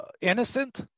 innocent